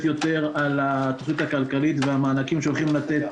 קצת יותר על התוכנית הכלכלית ועל המענקים שהולכים לתת,